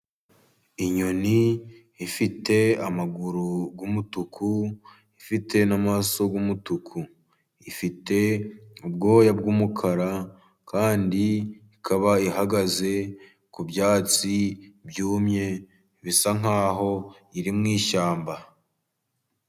Inyoni ifite amaguru y'umutuku ifite n'amaso y'umutuku. Ifite ubwoya bw'umukara kandi ikaba ihagaze ku byatsi byumye, bisa nk'aho iri mu ishyamba.